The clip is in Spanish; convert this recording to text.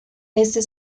este